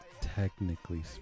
technically